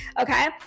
okay